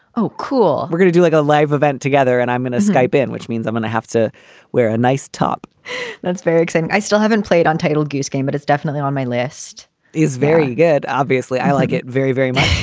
oh, cool. we're going to do like a live event together and i'm going to skype in, which means i'm going to have to wear a nice top that's very exciting. i still haven't played untitled gues game, but it's definitely on my list is very good. obviously i like it very, very much.